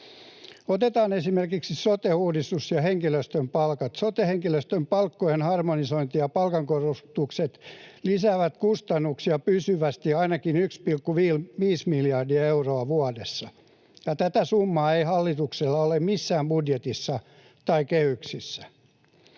Otetaan esimerkiksi sote-uudistus ja henkilöstön palkat: sote-henkilöstön palkkojen harmonisointi ja palkankorotukset lisäävät kustannuksia pysyvästi ainakin 1,5 miljardia euroa vuodessa, ja tätä summaa ei hallituksella ole missään budjetissa tai kehyksissä.